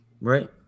Right